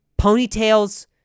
ponytails